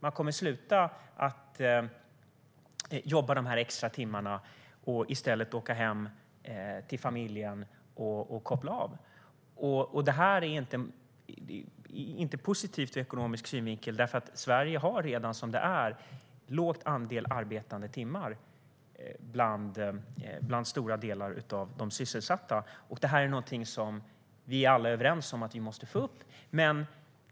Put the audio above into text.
Man kommer inte att jobba de extra timmarna, utan i stället kommer man att åka hem till familjen och koppla av. Det här är inte positivt ur ekonomisk synvinkel därför att Sverige har redan en låg andel arbetade timmar bland stora delar av de sysselsatta. Vi är alla överens om att vi måste öka de arbetade timmarna.